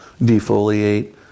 defoliate